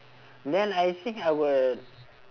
then I think I will